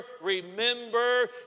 remember